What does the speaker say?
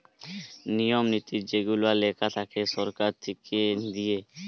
নিয়ম নীতি যেগুলা লেখা থাকে সরকার থেকে দিয়ে